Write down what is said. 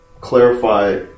clarify